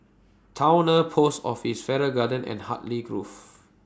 Towner Post Office Farrer Garden and Hartley Grove